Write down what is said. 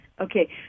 Okay